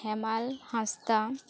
ᱦᱮᱢᱟᱞ ᱦᱟᱸᱥᱫᱟ